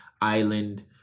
island